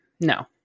No